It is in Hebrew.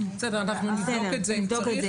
בסדר, אנחנו נבדוק את זה אם צריך.